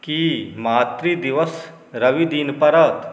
की मातृ दिवस रवि दिन पड़त